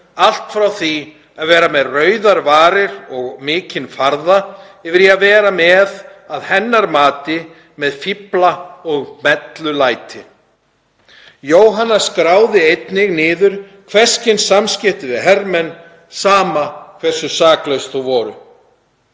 allt frá því að vera með rauðar varir og mikinn farða yfir í að vera með, að hennar mati, fífla- og mellulæti. Jóhanna skráði einnig niður hvers kyns samskipti við hermenn, sama hversu saklaus þau voru.